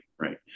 right